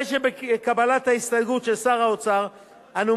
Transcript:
הרי שבקבלת ההסתייגות של שר האוצר אנו